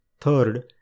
third